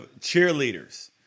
cheerleaders